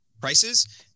prices